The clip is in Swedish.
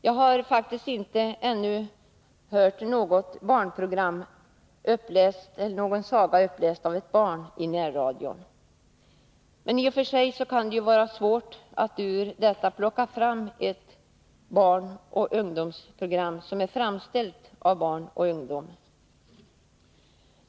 Jag har faktiskt ännu inte hört någon saga uppläst av ett barn i närradion. I och för sig kan det ju vara svårt att ur detta utbud plocka fram ett barnoch ungdomsprogram som är framställt av barn och ungdom.